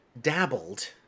dabbled